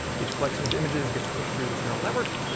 each collection of images gets pushed through this neural network,